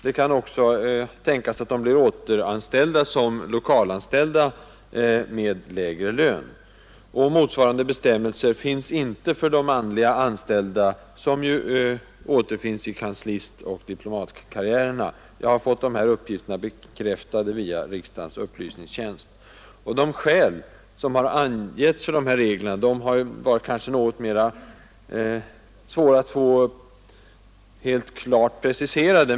Det kan också tänkas att hon blir återanställd som lokalanställd med lägre lön. Motsvarande bestämmelser finns inte för de manliga anställda, som ju återfinns i kanslistoch diplomatkarriärerna. Jag har fått dessa uppgifter bekräftade via riksdagens upplysningstjänst. 3 De skäl som har angivits för dessa regler har varit svåra att få preciserade.